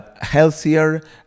healthier